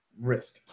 risk